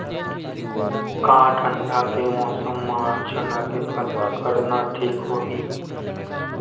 का ठंडा के मौसम म चना के फसल करना ठीक होही?